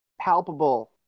palpable